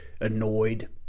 annoyed